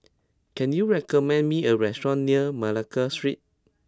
can you recommend me a restaurant near Malacca Street